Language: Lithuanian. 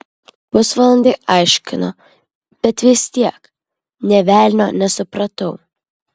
pusvalandį aiškino bet vis tiek nė velnio nesupratau